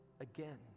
again